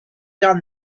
done